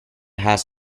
has